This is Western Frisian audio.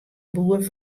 boer